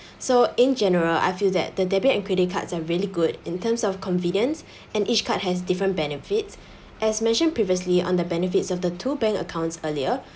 so in general I feel that the debit and credit cards are really good in terms of convenience and each card has different benefits as mentioned previously on the benefits of the two bank accounts earlier